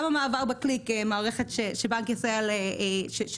גם המעבר בקליק מערכת שבנק ישראל הקים,